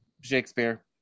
Shakespeare